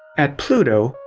at pluto,